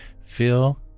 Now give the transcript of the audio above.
feel